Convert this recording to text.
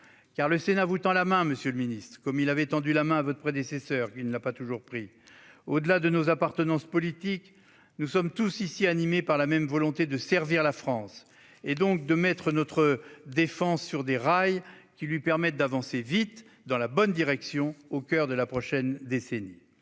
Car le Sénat vous tend la main, monsieur le ministre, comme il avait tendu la main à votre prédécesseure, qui ne l'a pas toujours saisie ... Au-delà de nos appartenances politiques, nous sommes tous ici animés par la même volonté de servir la France, donc de mettre notre défense sur des rails qui lui permettent d'avancer vite dans la bonne direction au coeur de la prochaine décennie.